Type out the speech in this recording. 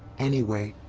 anyway.